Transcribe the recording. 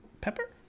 Pepper